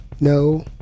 No